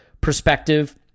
perspective